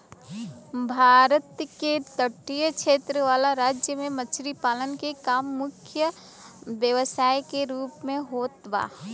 भारत के तटीय क्षेत्र वाला राज्य में मछरी पालन के काम मुख्य व्यवसाय के रूप में होत बा